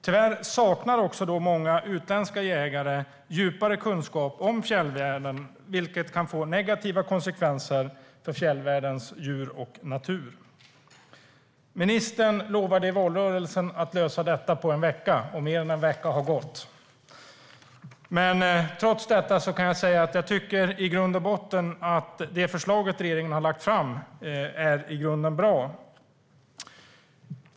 Tyvärr saknar många utländska jägare djupare kunskap om fjällvärlden, vilket kan få negativa konsekvenser för fjällvärldens djur och natur. I valrörelsen lovade ministern att lösa detta på en vecka, och mer än en vecka har gått. Jag tycker dock att det förslag regeringen har lagt fram är bra i grunden.